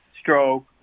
stroke